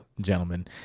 gentlemen